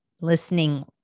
listening